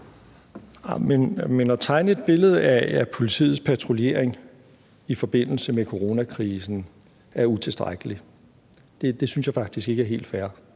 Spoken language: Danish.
At tegne et billede af, at politiets patruljering i forbindelse med coronakrisen er utilstrækkelig, synes jeg faktisk ikke er helt fair.